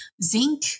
Zinc